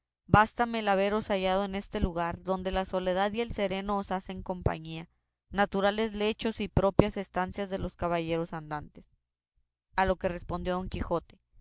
bástame el haberos hallado en este lugar donde la soledad y el sereno os hacen compañía naturales lechos y propias estancias de los caballeros andantes a lo que respondió don quijote